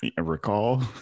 recall